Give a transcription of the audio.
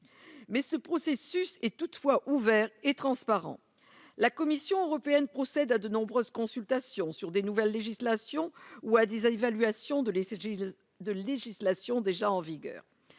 mais ce processus est toutefois ouvert et transparent, la Commission européenne procède à de nombreuses consultations sur des nouvelles législations ou à dix évaluation de laisser Gilles de législation déjà en vigueur